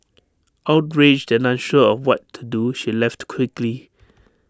outraged and unsure of what to do she left quickly